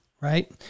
right